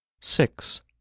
six